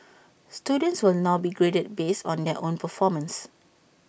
students will now be graded based on their own performance